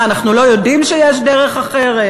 מה, אנחנו לא יודעים שיש דרך אחרת?